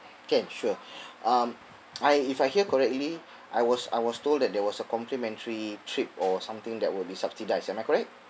can sure um I if I hear correctly I was I was told that there was a complimentary trip or something that will be subsidised am I correct